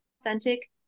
authentic